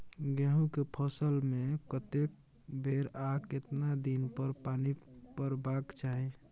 गेहूं के फसल मे कतेक बेर आ केतना दिन पर पानी परबाक चाही?